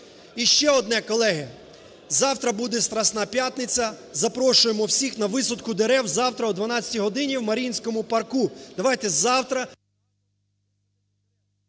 І ще одне, колеги, завтра буде Страсна п'ятниця, запрошуємо всіх на висадку дерев завтра о 12 годині в Маріїнському парку,